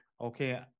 okay